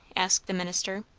asked the minister.